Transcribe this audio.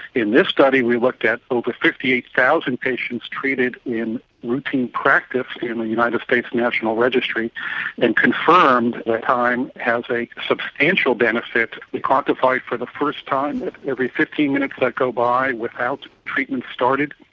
in this study we looked at over fifty eight thousand patients treated in routine practice here in the united states national registry and confirmed that yeah time has a substantial benefit. we quantified for the first time that every fifteen minutes that go by without treatment started,